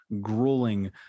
grueling